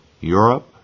Europe